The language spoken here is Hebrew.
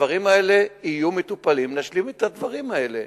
הדברים האלה יטופלו, נשלים את הדברים האלה.